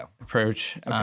approach